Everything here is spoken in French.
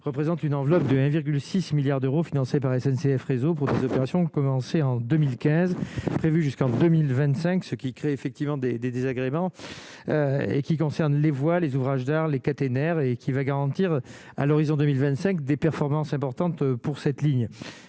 représente une enveloppe de 1,6 milliard d'euros financé par SNCF réseau pour des opérations commencées en 2015 prévu jusqu'en 2025, ce qui crée effectivement des des désagréments et qui concerne les voies, les ouvrages d'art, les caténaires et qui va garantir à l'horizon 2025, des performances importantes pour cette ligne,